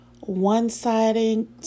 one-sided